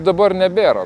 dabar nebėra